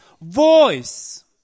voice